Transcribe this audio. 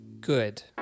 good